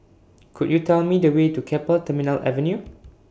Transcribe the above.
Could YOU Tell Me The Way to Keppel Terminal Avenue